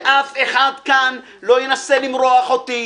שאף אחד כאן לא ינסה למרוח אותי,